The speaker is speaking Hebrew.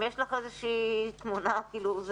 אם יש לך איזושהי תמונה אפילו,